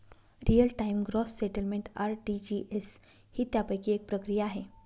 real time gross settlement RTGS ही त्यापैकी एक प्रक्रिया आहे